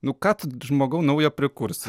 nu ką tu žmogau naujo prikursi